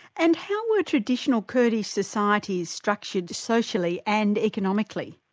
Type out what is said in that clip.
and how were traditional kurdish societies structured socially and economically?